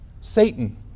Satan